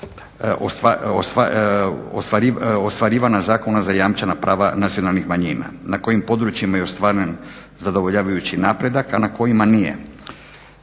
ostvarivana zakonom zajamčena prava nacionalnih manjina. Na kojim područjima je ostvaren zadovoljavajući napredak, a na kojima nije